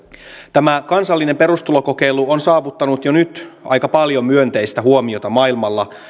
tämä kansallinen perustulokokeilu on saavuttanut jo nyt aika paljon myönteistä huomiota maailmalla